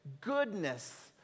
Goodness